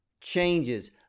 changes